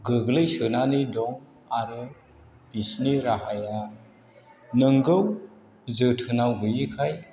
गोग्लैसोनानै दं आरो बिसोरनि राहाया नंगौ जोथोनाव गैयिखाय